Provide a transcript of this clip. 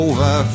Over